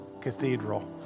Cathedral